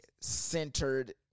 centered